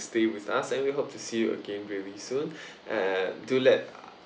stay with us and we hope to see you again very soon uh do let